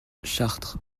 chartres